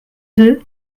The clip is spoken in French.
deux